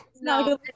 No